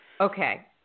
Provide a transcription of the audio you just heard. Okay